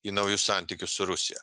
į naujus santykius su rusija